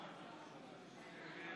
בעד,